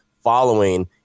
following